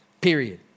period